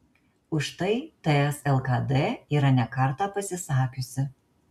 už tai ts lkd yra ne kartą pasisakiusi